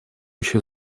еще